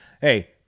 hey